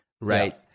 right